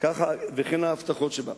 וכן ההבטחות שבה.